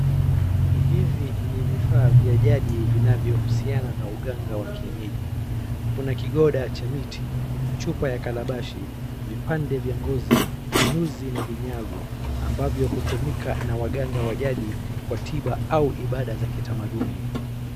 Hivi ni vifaa vya jadi vinavyohusiana na uganga wa kienyeji, kuna kigoda cha miti, chupa ya kalabashi, vipande vya ngozi, nyuzi na vinyagu ambavyo hutumika na waganga wa jadi kwa tiba au ibada za kitamaduni.